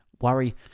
worry